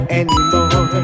anymore